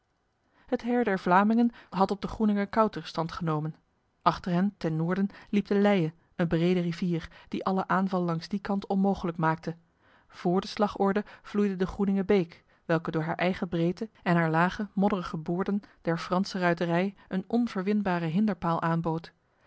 het heir der vlamingen had op de groeningekouter stand genomen achter hen ten noorden liep de leie een brede rivier die alle aanval langs die kant onmogelijk maakte vr de slagorde vloeide de groeningebeek welke door haar eigen breedte en haar lage modderige boorden der franse ruiterij een onverwinbare hinderpaal aanbood